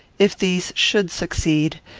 if these should succeed,